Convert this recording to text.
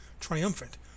triumphant